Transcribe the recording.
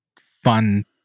fun